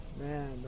Man